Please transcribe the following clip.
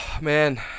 man